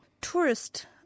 tourist